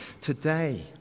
Today